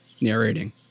narrating